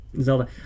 Zelda